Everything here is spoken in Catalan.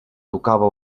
tocava